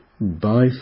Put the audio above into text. bye